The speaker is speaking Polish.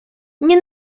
nie